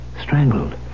Strangled